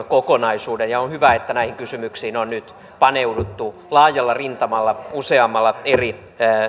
kokonaisuuden ja on hyvä että näihin kysymyksiin on nyt paneuduttu laajalla rintamalla useammalla eri